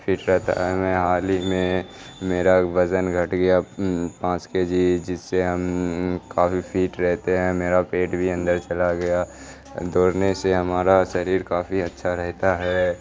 fit رہتا ہے ہمیں حال ہی میں میرا وزن گھٹ گیا پانچ کے جی جس سے ہم کافی فٹ رہتے ہیں میرا پیٹ بھی اندر چلا گیا دوڑنے سے ہمارا شریر کافی اچھا رہتا ہے